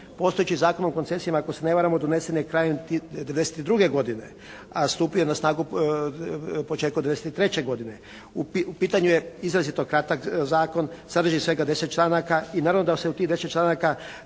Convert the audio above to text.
Postojeći Zakon o koncesijama ako se ne varamo donesen je krajem '92. godine, a stupio je na snagu početkom '93. godine. U pitanju je izrazito kratak zakon, sadrži svega 10 članaka i naravno da se u tih 10 članaka